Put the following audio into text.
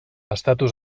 estatus